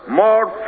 more